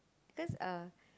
because uh